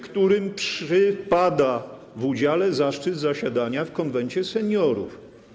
którym przypada w udziale zaszczyt zasiadania w Konwencie Seniorów.